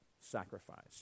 sacrifice